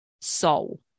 soul